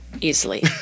easily